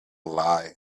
lie